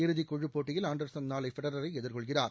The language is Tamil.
இறுதி குழுப்போட்டியில் ஆன்டர்சன் நாளை ஃபெடரரை எதிர்கொள்கிறார்